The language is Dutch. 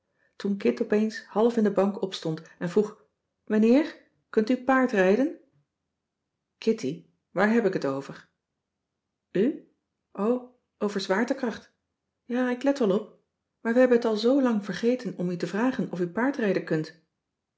kit opeens half in de bank opstond en vroeg mijnheer kunt u paardrijden kitty waar heb ik het over u o over zwaartekracht ja ik let wel op maar we hebben het al zoo lang vergeten om u te vragen of u paardrijden kunt